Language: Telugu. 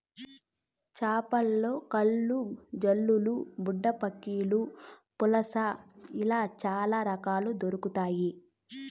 చేపలలో కట్ల, జల్లలు, బుడ్డపక్కిలు, పులస ఇలా చాల రకాలు దొరకుతాయి